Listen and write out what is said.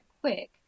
quick